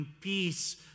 peace